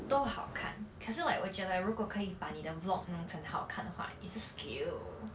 都好看可是 like 我觉得如果可以把你的 vlog 弄成好看的话 it's a skill